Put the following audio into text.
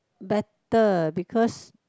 better because